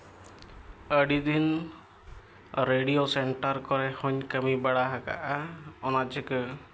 ᱟᱹᱰᱤ ᱫᱤᱱ radio centre ᱠᱚᱨᱮᱫ ᱦᱚᱧ ᱠᱟᱹᱢᱤ ᱵᱟᱲᱟ ᱟᱠᱟᱜᱼᱟ ᱚᱱᱟ ᱪᱤᱠᱟᱹ